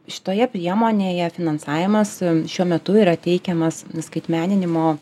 šitoje priemonėje finansavimas šiuo metu yra teikiamas skaitmeninimo